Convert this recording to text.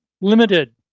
limited